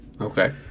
Okay